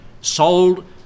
sold